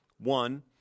One –